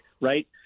Right